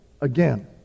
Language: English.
again